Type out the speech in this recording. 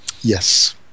Yes